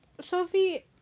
Sophie